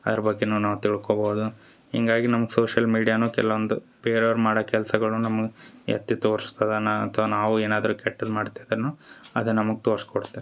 ಅದ್ರ ಬಗ್ಗೆನು ನಾವು ತಿಳ್ಕೊಬೋದು ಹೀಗಾಗಿ ನಮ್ಗೆ ಸೋಶಿಯಲ್ ಮೀಡಿಯಾನು ಕೆಲವೊಂದು ಬೇರೆಯವ್ರು ಮಾಡೋ ಕೆಲ್ಸಗಳನ್ನ ನಮ್ಗೆ ಎತ್ತಿ ತೋರ್ಸ್ತದ ನಾ ಅಥ್ವ ನಾವು ಏನಾದರು ಕೆಟ್ಟದು ಮಾಡ್ತಿದ್ದರೂನು ಅದು ನಮಗೆ ತೋರ್ಸಿ ಕೊಡ್ತಿರತ್ತೆ